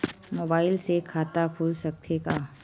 Mobile से खाता खुल सकथे का?